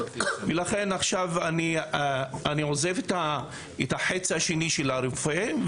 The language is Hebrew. ולכן עכשיו אני עוזב את החצי השני של הרופא.